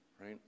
right